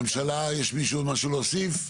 ממשלה, יש למישהו משהו להוסיף?